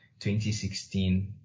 2016